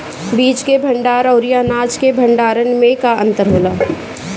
बीज के भंडार औरी अनाज के भंडारन में का अंतर होला?